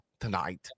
tonight